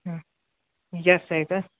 हं जास्त आहे का